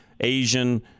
Asian